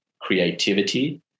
creativity